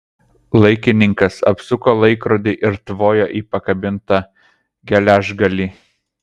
laikininkas apsuko laikrodį ir tvojo į pakabintą geležgalį